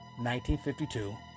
1952